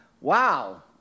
wow